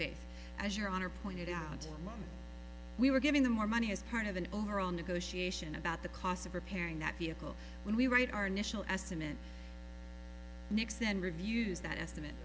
faith as your honor pointed out we were giving them more money as part of an overall negotiation about the cost of repairing that vehicle when we write our national estimate next then reviews that estimate